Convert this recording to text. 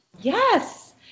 Yes